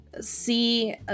see